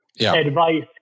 advice